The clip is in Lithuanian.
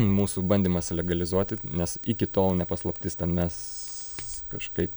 mūsų bandymas legalizuoti nes iki tol ne paslaptis ten mes kažkaip